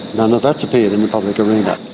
none of that's appeared in the public arena.